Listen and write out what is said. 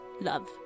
love